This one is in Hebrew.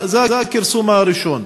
זה הכרסום הראשון.